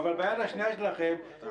חבר הכנסת בן גביר,